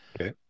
Okay